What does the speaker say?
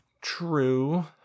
True